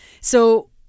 So-